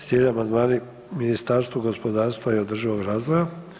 Slijede amandmani Ministarstvu gospodarstva i održivog razvoja.